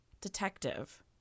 detective